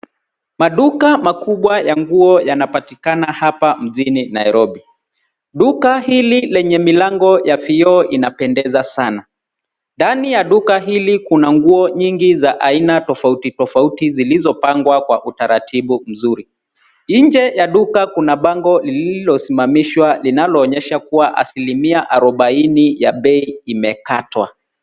Maduka makubwa ya nguo yanapatikana hapa mjini Nairobi. Duka hili lenye milango ya vioo inapendeza sana. Ndani ya duka hili kuna nguo nyingi za aina tofauti tofauti zilizopangwa kwa utaratibu mzuri. Nje ya duka kuna bango lililosimamishwa linaloonyesha kuwa asiliamia arobaini ya bei imekatwa.